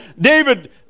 David